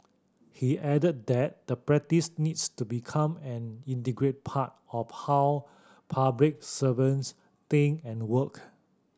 he added that the practice needs to become an integrate part of how public servants think and work